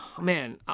man